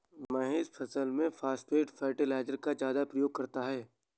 महेश फसल में phosphate fertiliser का ज्यादा प्रयोग करता है